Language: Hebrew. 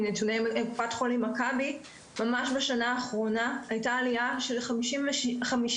מנתוני קופת חולים מכבי ממש בשנה האחרונה הייתה עלייה של 56